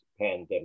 pandemic